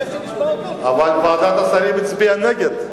אחרי שנשמע אותו, אבל ועדת השרים הצביעה נגד.